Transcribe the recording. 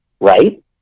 right